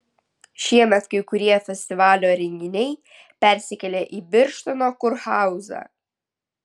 šiemet kai kurie festivalio renginiai persikėlė į birštono kurhauzą